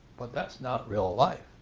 but that's not real life.